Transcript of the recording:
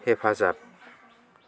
हेफाजाब